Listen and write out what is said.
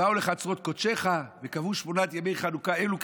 באו "בחצרות קודשך וקבעו שמונת ימי חנוכה אלו",